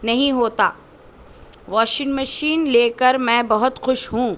نہیں ہوتا washing machine لے کر میں بہت خوش ہوں